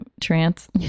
trance